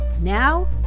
Now